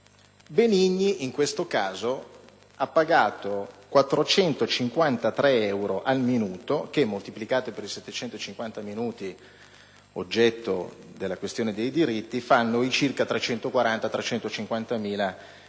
Benigni, in questo caso, ha pagato 453 euro al minuto, che, moltiplicati per i 750 minuti oggetto della questione dei diritti, fanno i circa 340.000-350.000 euro